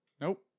Nope